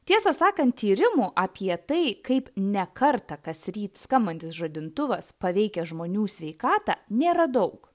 tiesą sakant tyrimų apie tai kaip ne kartą kasryt skambantis žadintuvas paveikia žmonių sveikatą nėra daug